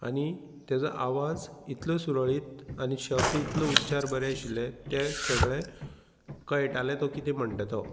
आनी तेजो आवाज इतलो सुरळीत आनी शब्द इतलो उच्चार बरें आशिल्ले ते सगळे कयटाले तो कितें म्हणटा तो